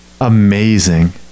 Amazing